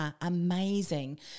amazing